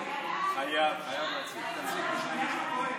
מירב כהן.